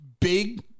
big